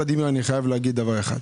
ולדימיר, אני חייב להגיד דבר אחד.